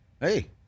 Hey